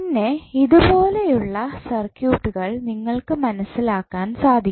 പിന്നെ ഇത് പോലെയുള്ള സർക്യൂട്ടുകൾ നിങ്ങൾക്ക് മനസ്സിലാക്കാൻ സാധിക്കും